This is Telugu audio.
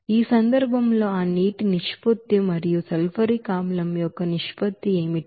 ఈ సందర్భంలో ఆ నీటి నిష్పత్తి మరియు సల్ఫ్యూరిక్ ಆಸಿಡ್ యొక్క నిష్పత్తి ఏమిటి